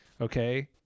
okay